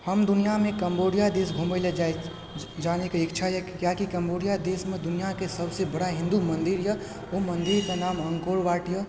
हम दुनियामे कम्बोडिया दिस घुमयलऽ जानेकऽ इच्छा अछि किआकि कम्बोडिया देशमे दुनियाके सभसे बड़ा हिन्दु मन्दिरए ओ मन्दिरके नाम अंकोरवाटए